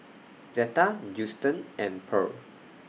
Zeta Justen and Pearl